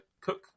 Cook